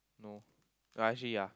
no uh actually yeah